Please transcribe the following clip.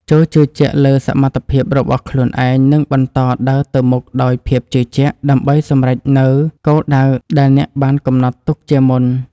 ចូរជឿជាក់លើសមត្ថភាពរបស់ខ្លួនឯង និងបន្តដើរទៅមុខដោយភាពជឿជាក់ដើម្បីសម្រេចនូវគោលដៅដែលអ្នកបានកំណត់ទុកជាមុន។